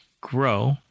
grow